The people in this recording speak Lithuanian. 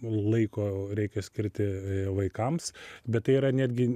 laiko reikia skirti vaikams bet tai yra netgi